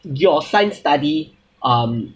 your science study um